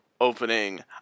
opening